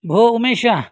भोः उमेष